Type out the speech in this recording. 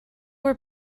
were